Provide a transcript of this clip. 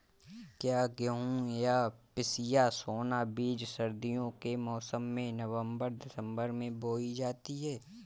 क्या गेहूँ या पिसिया सोना बीज सर्दियों के मौसम में नवम्बर दिसम्बर में बोई जाती है?